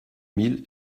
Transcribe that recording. mille